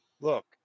Look